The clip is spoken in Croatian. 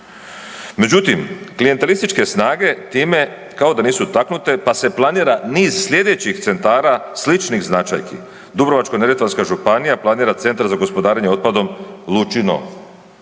Međutim, klijentelističke snage time kao da nisu taknute pa se planira niz slijedećih centara sličnih značajki, Dubrovačko-neretvanska županija planira centar za gospodarenje otpadom Lučino